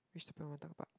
which prompt to talk about